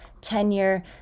tenure